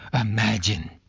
imagine